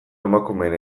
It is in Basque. emakumeen